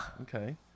Okay